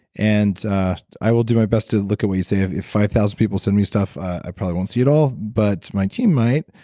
and i will do my best to look at what you say. if if five thousand people send me stuff, i probably won't see it all, but my team might,